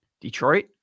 Detroit